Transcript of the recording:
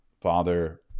father